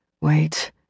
Wait